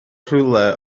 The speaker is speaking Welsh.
rhywle